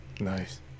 Nice